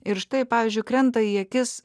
ir štai pavyzdžiui krenta į akis